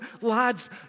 lad's